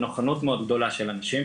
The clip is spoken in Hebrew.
המידע הרפואי שלו בין משרדים ממשלתיים,